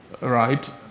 right